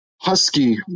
husky